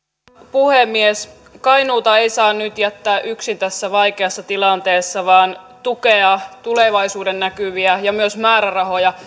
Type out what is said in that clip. puhemies kainuuta ei saa nyt jättää yksin tässä vaikeassa tilanteessa vaan pitää tukea tulevaisuuden näkymiä ja myös määrärahoja